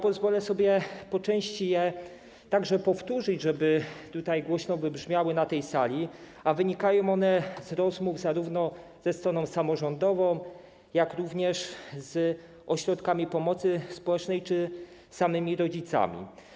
Pozwolę sobie po części je także powtórzyć, żeby głośno wybrzmiały na tej sali, a wynikają one z rozmów zarówno ze stroną samorządową, jak i z ośrodkami pomocy społecznej czy samymi rodzicami.